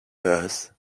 birth